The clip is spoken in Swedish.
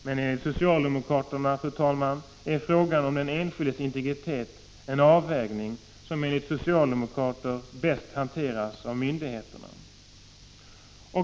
Men enligt socialdemokraterna, fru talman, är frågan om den enskildes integritet en avvägning, som enligt dem bäst hanteras av myndigheterna.